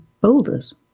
boulders